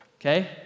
Okay